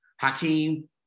Hakeem